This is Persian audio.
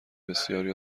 بسیاری